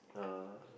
uh